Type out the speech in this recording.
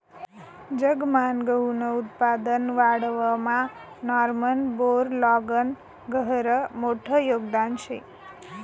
जगमान गहूनं उत्पादन वाढावामा नॉर्मन बोरलॉगनं गहिरं मोठं योगदान शे